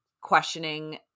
questioning